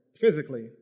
physically